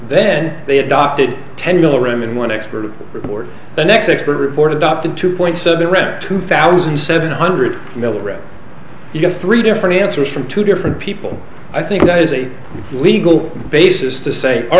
then they adopted ten milligram and one expert report the next expert report adopted two points of the rent two thousand seven hundred milligrams you get three different answers from two different people i think that is a legal basis to say all